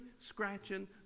scratching